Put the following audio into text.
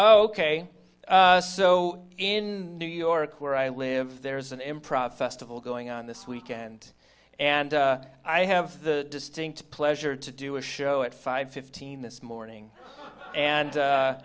ok so in new york where i live there's an improv festival going on this weekend and i have the distinct pleasure to do a show at five fifteen this morning and